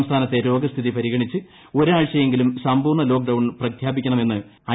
സംസ്ഥാനത്തെ രോഗസ്ഥിതി പരിഗണിച്ച് ഒരാഴ്ചയെങ്കിലും സമ്പൂർണ ലോക്ക്ഡൌൺ പ്രഖ്യാപിക്കണമെന്ന് ഐ